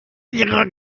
ihrer